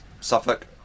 Suffolk